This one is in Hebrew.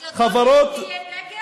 אז לכל אחד יהיה דגל?